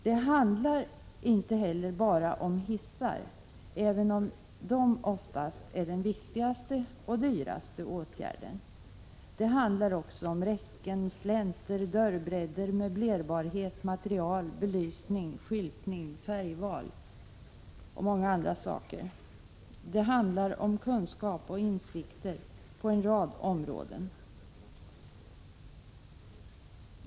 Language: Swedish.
Det handlar inte bara om hissar, även om dessa oftast står för den viktigaste och dyraste åtgärden. Det handlar också om räcken, slänter, dörrbredder, möblerbarhet, material, belysning, skyltning, färgval och många andra saker. Det handlar om kunskaper och insikter på en rad områden.